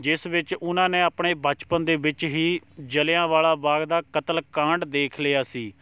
ਜਿਸ ਵਿੱਚ ਉਹਨਾਂ ਨੇ ਆਪਣੇ ਬਚਪਨ ਦੇ ਵਿੱਚ ਹੀ ਜਲ੍ਹਿਆਂਵਾਲਾ ਬਾਗ ਦਾ ਕਤਲ ਕਾਂਡ ਦੇਖ ਲਿਆ ਸੀ